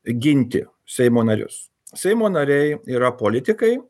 ginti seimo narius seimo nariai yra politikai